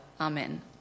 Amen